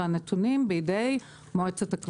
והנתונים נמצאים בידי מועצת הכבלים ומשרד התקשורת.